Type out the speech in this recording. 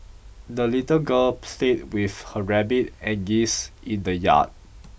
the little girl played with her rabbit and geese in the yard